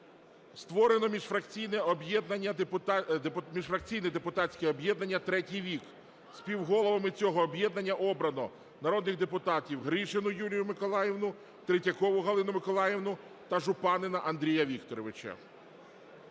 створено міжфракційне депутатське об'єднання "Третій вік". Співголовами цього об'єднання обрано народних депутатів Гришину Юлію Миколаївну, Третьякову Галину Миколаївну та Жупанина Андрія Вікторовича.